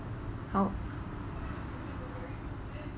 how